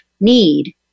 need